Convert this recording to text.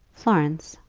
florence,